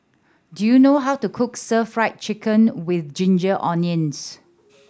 do you know how to cook Stir Fried Chicken With Ginger Onions